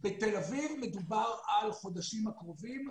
בתל אביב מדובר על החודשים הקרובים,